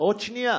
עוד שנייה.